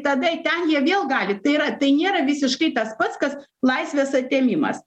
tada į ten jie vėl gali tai yra tai nėra visiškai tas pats kas laisvės atėmimas